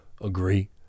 agree